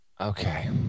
Okay